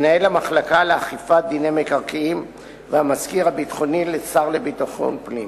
מנהל המחלקה לאכיפת דיני מקרקעין והמזכיר הביטחוני לשר לביטחון פנים.